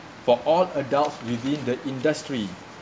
for all adults within the industry